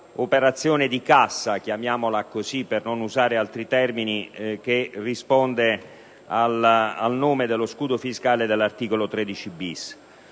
dall'operazione di cassa (chiamiamola così per non usare altri termini) che risponde al nome di scudo fiscale, di cui all'articolo 13-*bis*.